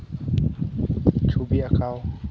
ᱪᱷᱚᱵᱤ ᱟᱸᱠᱟᱣ